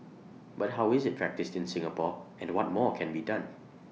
but how is IT practised in Singapore and what more can be done